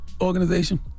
organization